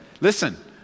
listen